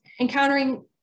encountering